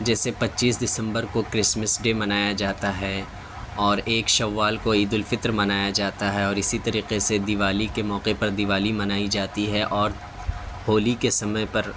جیسے پچیس دسمبر کو کرسمس ڈے منایا جاتا ہے اور ایک شوال کو عید الفطر منایا جاتا ہے اور اسی طریقے سے دیوالی کے موقعے پر دیوالی منائی جاتی ہے اور ہولی کے سمے پر